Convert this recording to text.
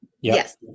Yes